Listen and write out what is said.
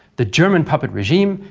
the german puppet regime,